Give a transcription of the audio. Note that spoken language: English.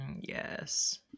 yes